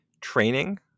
training